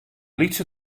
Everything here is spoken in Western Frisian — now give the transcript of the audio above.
lytse